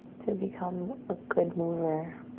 to become a good mover.